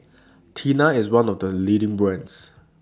Tena IS one of The leading brands